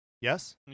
yes